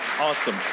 awesome